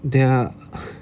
there are ugh